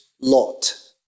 Lot